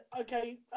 Okay